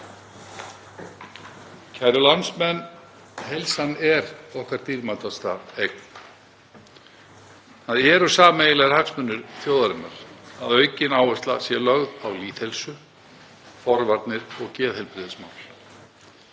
Kæru landsmenn. Heilsan er okkar dýrmætasta eign. Það eru sameiginlegir hagsmunir þjóðarinnar að aukin áhersla sé lögð á lýðheilsu, forvarnir og geðheilbrigðismál.